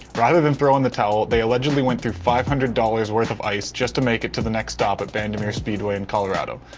rather than throwing the towel, they allegedly went through five hundred dollars worth of ice just to make it to the next stop at bandimere speedway in colorado.